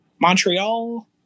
Montreal